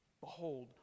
behold